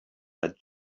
that